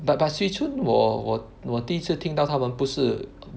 but but Swee-Choon 我我我第一次听到他们不是